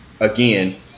again